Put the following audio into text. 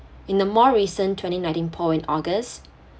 in the more recent twenty nineteen poll in august